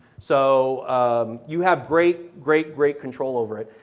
so um you have great, great, great control over it.